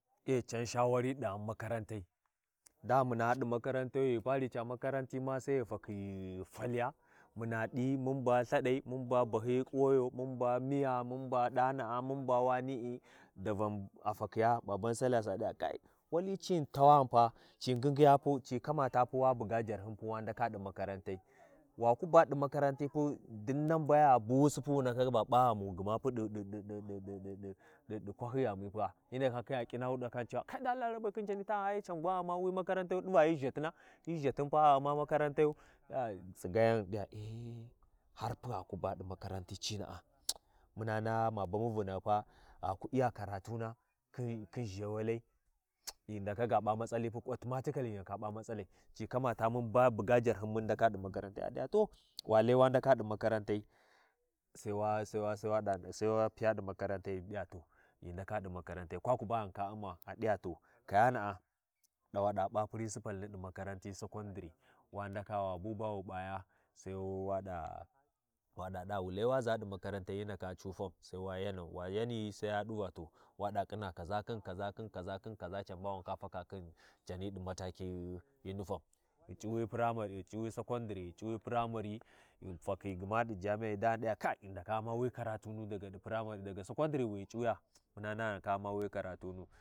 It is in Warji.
Ƙhitirwai ca khin, ca khin P’iyatin ƙhitirwi hyi yan mbana yu, ƙhitirwi ca ɗifun noun, ca U’mma daɗinu, saboda khin miya, ɗin ghi ghu nahyi ƙhifi wi kuyana? A, ghi ndaka ngingiya mun tu ghu ʒa sabodi hyi yam mbanayu, khifirwi ma mun ghi jathyi ƙhitirwi ma paya mun ghi pa ti ɗiyu, ƙhitirwi ci U’n wani mun ghi U’nn ti ɗana, saboda mun ma haɗamu khin ƙhitirwai khitirwi gaskini Umma ca Ummai khin daɗinu ƙhitirwi ca ca ca nʒayuni na sosai, ƙhitirwai, ƙhitiwai a sai ɗi hanka ƙhitiwi hyi yan mbanayu ƙhitirwi kayana ƙhitirwi cabanididimi, wu ndaka naluʒi dimai kamar wa khiyuʒi ma wa wa wa sʊkunuʒa amma ca ɗifuwi, Ɪup wu ndaka U’mma ti kuʒadhi ghi wu Sini ma tungha Ghinshin U’mmi wi ma wan wa ma.